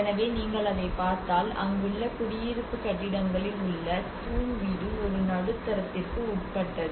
எனவே நீங்கள் அதைப் பார்த்தால் அங்குள்ள குடியிருப்பு கட்டிடங்களில் உள்ள தூண் வீடு ஒரு நடுத்தரத்திற்கு உட்பட்டது